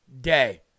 day